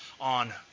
on